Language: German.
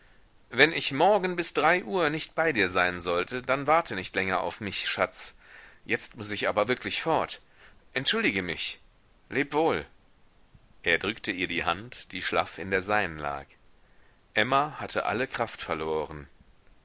wenn ich morgen bis drei uhr nicht bei dir sein sollte dann warte nicht länger auf mich schatz jetzt muß ich aber wirklich fort entschuldige mich lebwohl er drückte ihr die hand die schlaff in der seinen lag emma hatte alle kraft verloren